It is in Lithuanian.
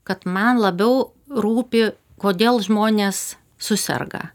kad man labiau rūpi kodėl žmonės suserga